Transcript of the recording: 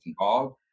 involved